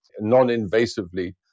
non-invasively